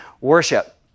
worship